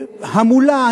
המולה,